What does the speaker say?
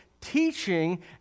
teaching